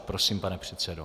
Prosím, pane předsedo.